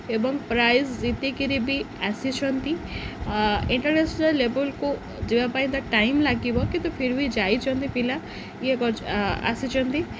ଏବଂ ପ୍ରାଇଜ୍ ଯେତିକିରି ବି ଆସିଛନ୍ତି ଇଣ୍ଟର୍ନାସ୍ନାଲ୍ ଲେବୁଲ୍କୁ ଯିବା ପାଇଁ ତା ଟାଇମ୍ ଲାଗିବ କିନ୍ତୁ ଫିର୍ ବି ଯାଇଛନ୍ତି ପିଲା ଇଏ ଆସିଛନ୍ତି